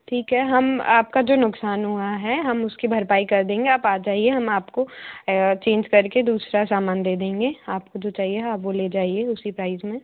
ठीक है हम आपका जो नुक़सान हुआ हैं हम उसकी भरपाई कर देंगे आप आ जाइए हम आपको चेंज कर के दूसरा सामान दे देंगे आपको जो चाहिए आप वो ले जाइए उसी प्राइज़ में